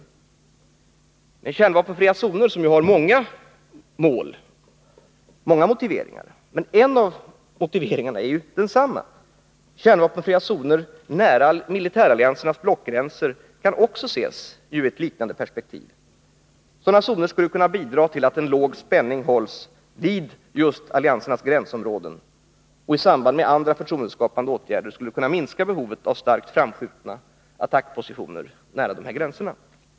De kärnvapenfria zonerna har många mål och många motiveringar, men i ett avseende kan kärnvapenfria zoner nära militäralliansernas blockgränser ses i ett liknande perspektiv som förtroendeskapande åtgärder. Sådana zoner skulle kunna bidra till att spänningen hålls på en låg nivå just vid alliansernas gränsområden, och i samband med andra åtgärder skulle de kunna minska behovet av starkt framskjutna attackpositioner nära dessa gränser.